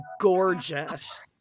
gorgeous